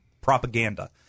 propaganda